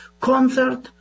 concert